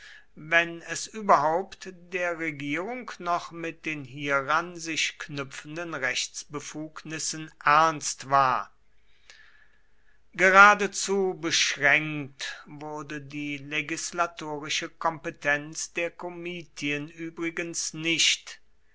wenn es überhaupt der regierung noch mit den hieran sich knüpfenden rechtsbefugnissen ernst war geradezu beschränkt wurde die legislatorische kompetenz der komitien übrigens nicht